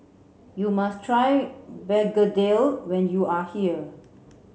you must try begedil when you are here